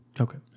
Okay